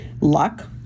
luck